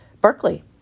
Berkeley